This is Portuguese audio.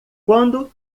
quando